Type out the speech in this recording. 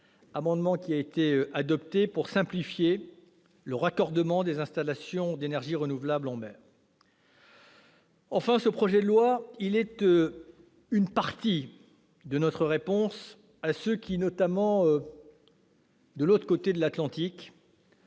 amendement, qui a été adopté, visant à simplifier le raccordement des installations d'énergies renouvelables en mer. Mais ce projet de loi est aussi une partie de notre réponse à ceux qui, notamment de l'autre côté de l'Atlantique,